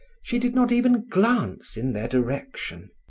she did not even glance in their direction.